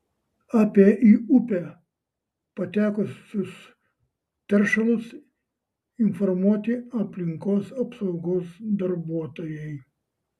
apie į upę patekusius teršalus informuoti aplinkos apsaugos darbuotojai